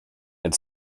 and